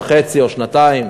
שנה וחצי או שנתיים.